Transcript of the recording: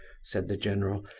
said the general,